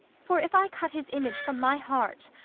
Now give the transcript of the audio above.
for if i cut his image from my heart,